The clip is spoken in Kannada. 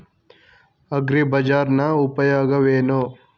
ಅಗ್ರಿಬಜಾರ್ ನ ಉಪಯೋಗವೇನು?